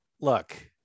look